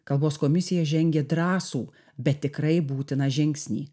kalbos komisija žengė drąsų bet tikrai būtiną žingsnį